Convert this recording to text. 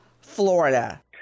Florida